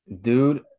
Dude